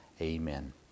amen